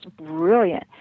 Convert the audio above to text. brilliant